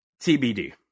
TBD